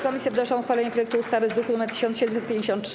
Komisje wnoszą o uchwalenie projektu ustawy z druku nr 1753.